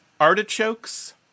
Artichokes